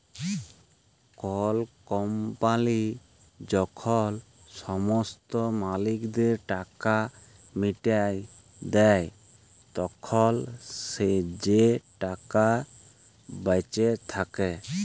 call company যখল সমস্ত মালিকদের টাকা মিটাঁয় দেই, তখল যে টাকাট বাঁচে থ্যাকে